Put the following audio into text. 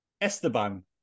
Esteban